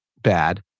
bad